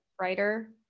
writer